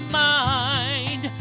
mind